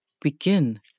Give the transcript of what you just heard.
begin